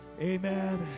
Amen